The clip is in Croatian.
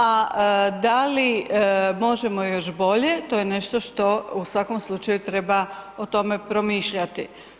A da li možemo još bolje, to je nešto što u svakom slučaju treba o tome promišljati.